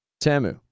Tamu